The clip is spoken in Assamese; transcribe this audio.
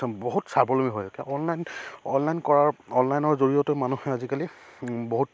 বহুত স্বাৱলম্বী হৈ থাকে অনলাইন অনলাইন কৰাৰ অনলাইনৰ জৰিয়তেও মানুহে আজিকালি বহুত